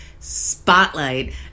spotlight